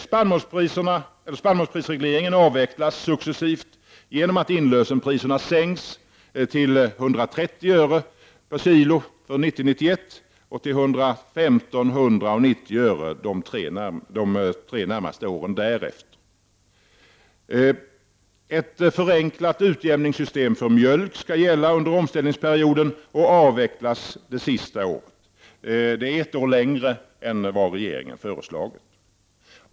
Spannmålsprisregleringen avvecklas successivt genom att inlösenpriserna sänks till 130 öre 91 och till 115, 100 och 90 öre/kg de tre närmaste åren därefter. perioden och avvecklas det sista året. Det är ett år längre än vad regeringen föreslagit.